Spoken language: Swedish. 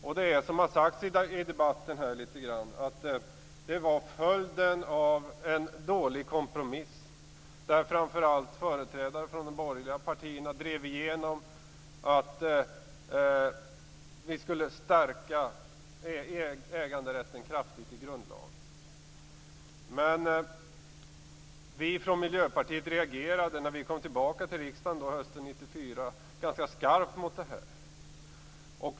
Och det är som litet grand har sagts i debatten att det var följden av en dålig kompromiss, där framför allt företrädare från de borgerliga partierna drev igenom att vi skulle stärka äganderätten kraftigt i grundlagen. Men vi från Miljöpartiet reagerade ganska skarpt mot detta när vi kom tillbaka till riksdagen hösten 1994.